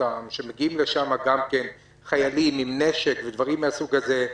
שמגיעים לשם גם חיילים עם נשק ודברים מן הסוג הזה,